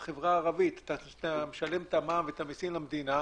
יש כנראה הרבה הערות או מקומות לשיפור,